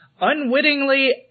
unwittingly